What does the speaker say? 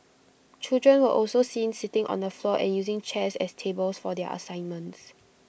children were also seen sitting on the floor and using chairs as tables for their assignments